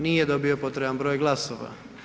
Nije dobio potreban broj glasova.